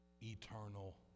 eternal